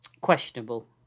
questionable